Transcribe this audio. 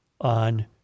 on